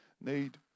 need